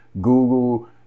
Google